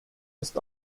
ist